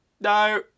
no